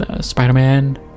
Spider-Man